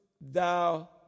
thou